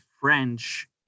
French